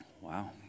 Wow